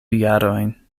jarojn